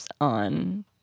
on